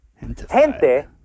gente